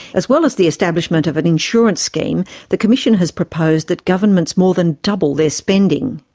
as well as the establishment of an insurance scheme, the commission has proposed that governments more than double their spending.